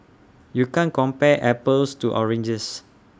you can't compare apples to oranges